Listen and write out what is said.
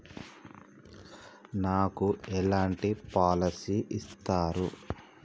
నాకు ఎలాంటి పాలసీ ఇస్తారు?